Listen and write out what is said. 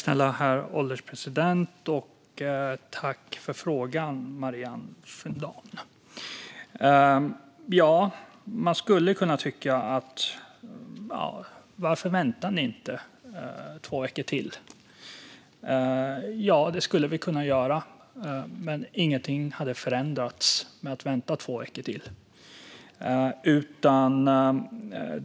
Herr ålderspresident! Tack för frågorna, Marianne Fundahn! Man skulle kunna tycka att vi kunde vänta två veckor till. Det skulle vi kunna göra, men ingenting hade förändrats i och med det.